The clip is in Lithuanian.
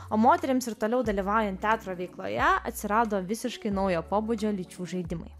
o moterims ir toliau dalyvaujant teatro veikloje atsirado visiškai naujo pobūdžio lyčių žaidimai